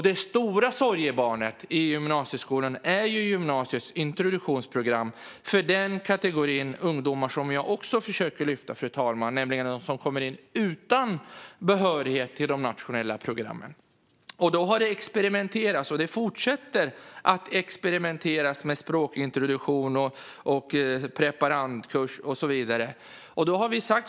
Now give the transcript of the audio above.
Det stora sorgebarnet i gymnasieskolan är ju gymnasiets introduktionsprogram för den kategori ungdomar som jag också försöker att lyfta fram, fru talman, nämligen de ungdomar som kommer in utan behörighet till de nationella programmen. Det har experimenterats - och det fortsätter att experimenteras - med språkintroduktion, preparandkurs och så vidare.